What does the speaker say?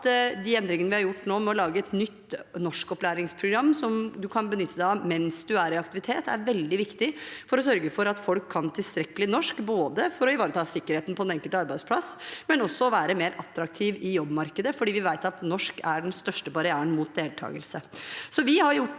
de endringene vi har gjort nå, med å lage et nytt norskopplæringsprogram som man kan benytte seg av mens man er i aktivitet, er veldig viktig for å sørge for at folk kan tilstrekkelig norsk, både for å ivareta sikkerheten på den enkelte arbeidsplass og for å være mer attraktiv i jobbmarkedet, for vi vet at norsk er den største barrieren mot deltakelse.